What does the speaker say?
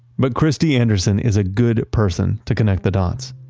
but christy anderson is a good person to connect the dots.